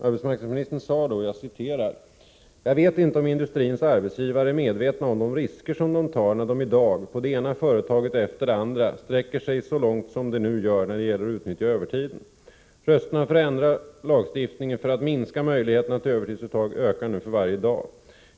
Arbetsmarknadsministern sade då bl.a. så här: ”Jag vet inte om industrins arbetsgivare är medvetna om de risker som de tar när de i dag, på det ena företaget efter det andra, sträcker sig så långt som de gör när det gäller att utnyttja övertiden. ——— Rösterna för att ändra lagstiftningen, för att minska möjligheterna till övertidsuttag, ökar nu för varje dag.